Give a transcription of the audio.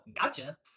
Gotcha